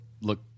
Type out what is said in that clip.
look